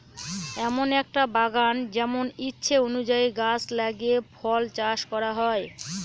এমন একটা বাগান যেমন ইচ্ছে অনুযায়ী গাছ লাগিয়ে ফল চাষ করা হয়